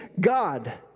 God